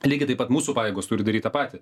lygiai taip pat mūsų pajėgos turi daryt tą patį